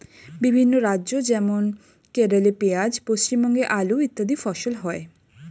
বিভিন্ন রাজ্য যেমন কেরলে পেঁয়াজ, পশ্চিমবঙ্গে আলু ইত্যাদি ফসল হয়